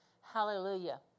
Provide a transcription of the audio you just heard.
Hallelujah